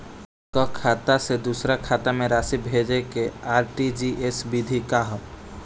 एकह खाता से दूसर खाता में राशि भेजेके आर.टी.जी.एस विधि का ह?